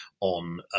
on